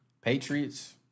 Patriots